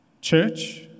church